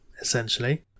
essentially